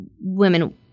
Women